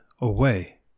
away